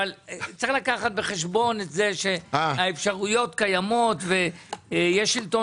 צריך לקחת בחשבון שהאפשרויות קיימות ויש שלטון